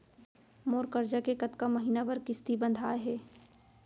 मोर करजा के कतका महीना बर किस्ती बंधाये हे?